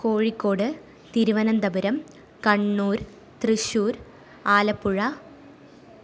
Kozhikode Thiruvananthapuram Kannur Thrissur Alappuzha